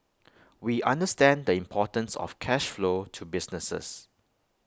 we understand the importance of cash flow to businesses